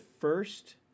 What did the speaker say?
first